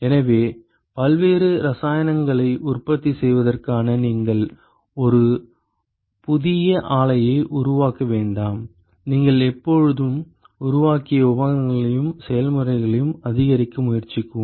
எனவே பல்வேறு இரசாயனங்களை உற்பத்தி செய்வதற்காக நீங்கள் ஒரு புதிய ஆலையை உருவாக்க வேண்டாம் நீங்கள் எப்பொழுதும் உருவாக்கிய உபகரணங்களையும் செயல்முறையையும் அதிகரிக்க முயற்சிக்கவும்